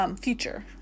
future